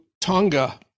Tonga